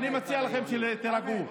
אני מציע לכם שתירגעו.